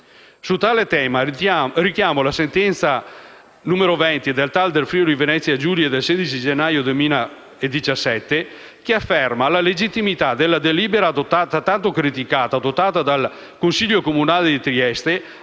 Su tale tema richiamo la sentenza n. 20 del TAR del Friuli-Venezia Giulia del 16 gennaio 2017, che afferma la legittimità della delibera (tanto criticata) adottata dal Consiglio comunale di Trieste,